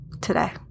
today